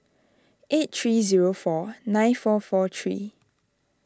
eight three zero four nine four four three